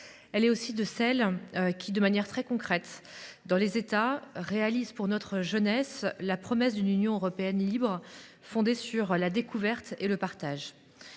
Elle est de celles qui, de manière très concrète, au sein des États membres, réalisent pour notre jeunesse la promesse d’une Union européenne libre et fondée sur la découverte et le partage.